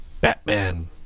Batman